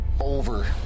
over